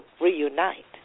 reunite